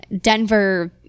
Denver